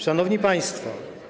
Szanowni Państwo!